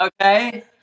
Okay